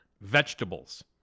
Vegetables